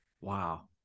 Wow